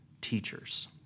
teachers